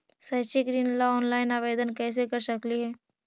शैक्षिक ऋण ला ऑनलाइन आवेदन कैसे कर सकली हे?